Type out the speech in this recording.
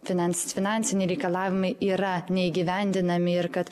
finans finansiniai reikalavimai yra neįgyvendinami ir kad